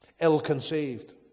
ill-conceived